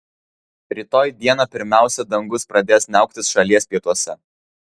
rytoj dieną pirmiausia dangus pradės niauktis šalies pietuose